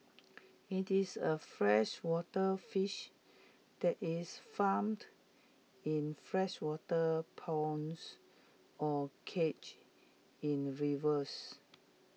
IT is A freshwater fish that is farmed in freshwater ponds or cages in rivers